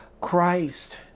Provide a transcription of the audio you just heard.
Christ